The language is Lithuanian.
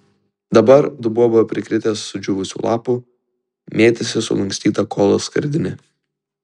dabar dubuo buvo prikritęs sudžiūvusių lapų mėtėsi sulankstyta kolos skardinė